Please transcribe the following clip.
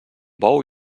bou